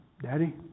Daddy